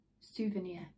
souvenir